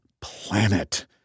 planet